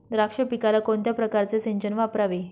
द्राक्ष पिकाला कोणत्या प्रकारचे सिंचन वापरावे?